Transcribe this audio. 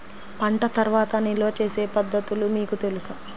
పంట తర్వాత నిల్వ చేసే పద్ధతులు మీకు తెలుసా?